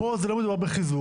פה לא מדובר בחיזוק,